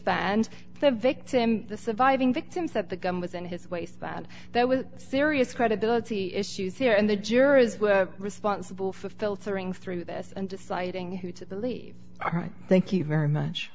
the victim the surviving victims that the gun was in his waistband there was serious credibility issues here and the jurors were responsible for filtering through this and deciding who to believe all right thank you very much